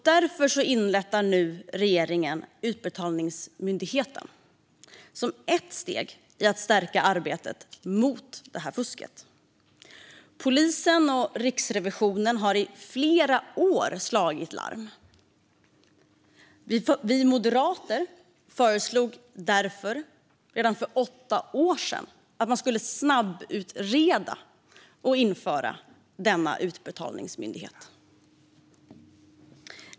Därför inrättar regeringen nu Utbetalningsmyndigheten som ett steg i att stärka arbetet mot fusket. Polisen och Riksrevisionen har i flera år slagit larm. Vi moderater föreslog därför redan för åtta år sedan att man skulle snabbutreda och införa denna utbetalningsmyndighet.